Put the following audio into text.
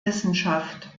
wissenschaft